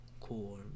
cool